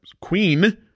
Queen